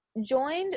joined